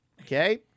Okay